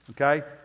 Okay